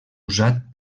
usat